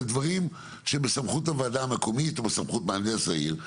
לדברים שבסמכות הוועדה המקומית או בסמכות מהנדס העיר,